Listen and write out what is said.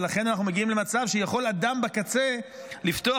ולכן אנחנו מגיעים למצב שיכול אדם בקצה לפתוח